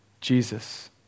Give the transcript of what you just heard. Jesus